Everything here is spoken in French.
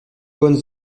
bonnes